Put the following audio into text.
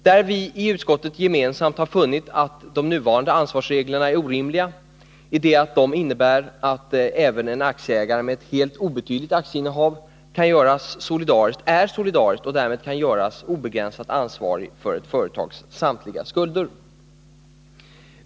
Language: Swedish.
Där har utskottet enhälligt funnit att de nuvarande ansvarsreglerna är orimliga, i det att de innebär att även en aktieägare med ett helt obetydligt aktieinnehav är solidariskt ansvarig och därmed kan göras obegränsat ansvarig för ett företags samtliga skulder.